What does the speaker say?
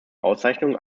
auszeichnung